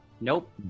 nope